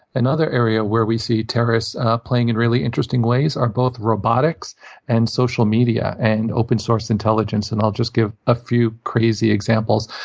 another area where we see terrorists playing in really interesting ways are both robotics and social media and open source intelligence. and i'll just give a few crazy examples.